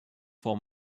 for